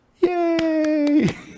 yay